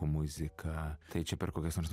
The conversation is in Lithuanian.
muziką tai čia per kokias nors